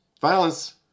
violence